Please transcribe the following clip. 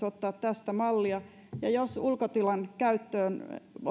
ottaa tästä mallia ja jos ulkotilan käyttöönoton